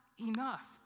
enough